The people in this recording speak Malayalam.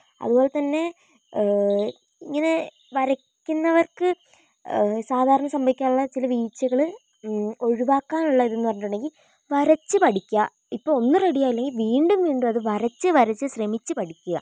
അതുപോലത്തന്നെ ഇങ്ങനെ വരയ്ക്കുന്നവർക്ക് സാധാരണ സംഭവിക്കാറുള്ള ചില വീഴ്ച്ചകൾ ഒഴിവാക്കാനുള്ള ഇതെന്ന് പറഞ്ഞിട്ടുണ്ടെങ്കി വരച്ച് പഠിക്കുക ഇപ്പോൾ ഒന്ന് റെഡി ആയില്ലെങ്കിൽ വീണ്ടും വീണ്ടും അത് വരച്ച് വരച്ച് ശ്രമിച്ച് പഠിക്കുക